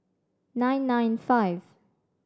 nine nine five